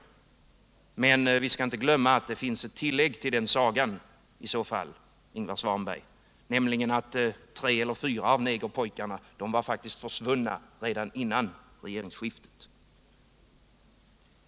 Men vi skall i så fall, Ingvar Svanberg, inte glömma att det finns ett tillägg till den sagan, nämligen att tre eller fyra av negerpojkarna faktiskt var försvunna redan före regeringsskiftet.